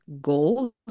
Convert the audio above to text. goals